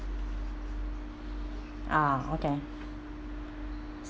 ah okay